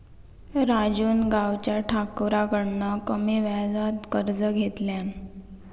राजून गावच्या ठाकुराकडना कमी व्याजात कर्ज घेतल्यान